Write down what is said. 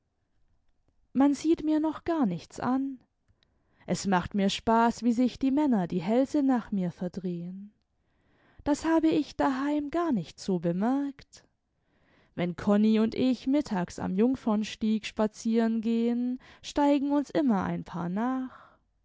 man sieht mir noch gar nichts an es macht mir spaß wie sich die männer die hälse nach mir verdrehen das habe ich daheim gar nicht so bemerkt wenn konni und ich mittags am jungfemstieg spazieren gehen steigen uns immer ein paar nach